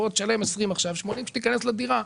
בוא תשלם 20% עכשיו ו-80% כשתיכנס לדירה"